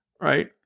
right